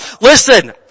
Listen